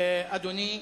אדוני.